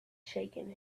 shaken